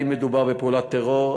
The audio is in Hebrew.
אם מדובר בפעולת טרור,